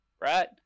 Right